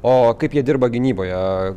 o kaip jie dirba gynyboje